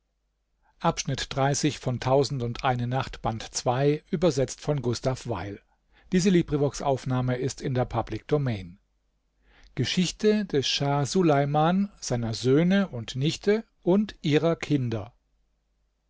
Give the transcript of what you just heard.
geschichte des schah suleiman seiner söhne und nichte und ihrer kinder